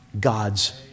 God's